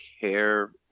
care